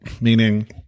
meaning